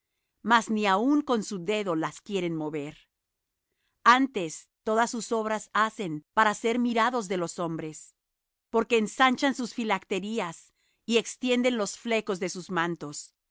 mas ni aun con su dedo las quieren mover antes todas sus obras hacen para ser mirados de los hombres porque ensanchan sus filacterias y extienden los flecos de sus mantos